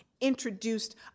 introduced